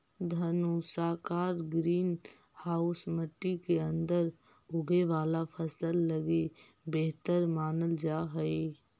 धनुषाकार green house मट्टी के अंदर उगे वाला फसल लगी बेहतर मानल जा हइ